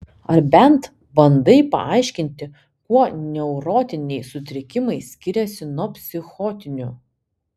ar bent bandai paaiškinti kuo neurotiniai sutrikimai skiriasi nuo psichotinių